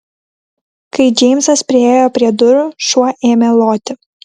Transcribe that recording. kai džeimsas priėjo prie durų šuo ėmė loti